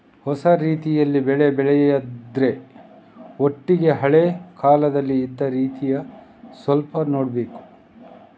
ಹೊಸ ರೀತಿಯಲ್ಲಿ ಬೆಳೆ ಬೆಳೆಯುದ್ರ ಒಟ್ಟಿಗೆ ಹಳೆ ಕಾಲದಲ್ಲಿ ಇದ್ದ ರೀತಿ ಸ್ವಲ್ಪ ನೋಡ್ಬೇಕು